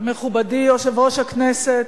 מכובדי יושב-ראש הכנסת,